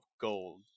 gold